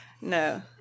No